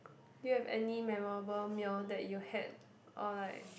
do you have any memorable meal that you had or like